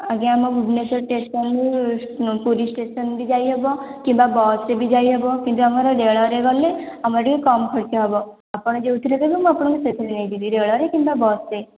ଆଜ୍ଞା ଆମ ଭୁବନେଶ୍ୱର ଷ୍ଟେସନ ରୁ ପୁରୀ ଷ୍ଟେସନ ବି ଯାଇହେବ କିମ୍ବା ବସ୍ ରେ ବି ଯାଇହେବ କିନ୍ତୁ ଆମର ରେଳରେ ଗଲେ ଆମର ଟିକେ କମ୍ ଖର୍ଚ୍ଚ ହେବ ଆପଣ ଯେଉଁଥିରେ କହିବେ ମୁଁ ଆପଣଙ୍କୁ ସେଇଥିରେ ନେଇଯିବି ରେଳରେ କିମ୍ବା ବସରେ